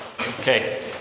Okay